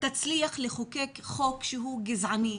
תצליח לחוקק חוק שהוא גזעני,